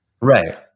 Right